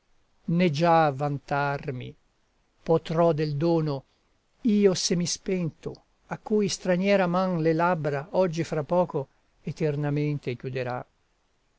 né già vantarmi potrò del dono io semispento a cui straniera man le labbra oggi fra poco eternamente chiuderà